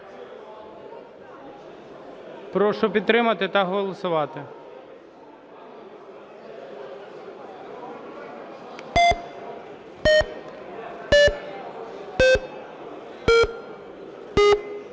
Прошу підтримати та голосувати.